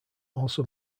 also